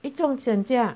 一重整家